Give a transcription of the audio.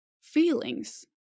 feelings